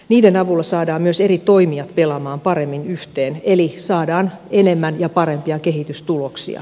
niiden avulla saadaan myös eri toimijat pelaamaan paremmin yhteen eli saadaan enemmän ja parempia kehitystuloksia